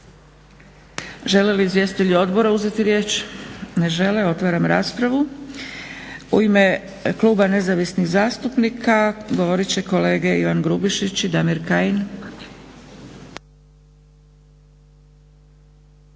Želi li izvjestitelj odbora uzeti riječ? Ne žele. Otvaram raspravu. U ime Kluba Nezavisnih zastupnika, govorit će kolege Ivan Grubišić i Damir Kajin.